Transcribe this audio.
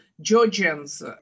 Georgians